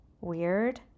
Weird